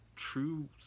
true